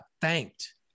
thanked